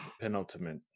Penultimate